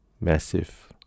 massive